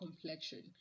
complexion